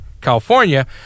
California